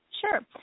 Sure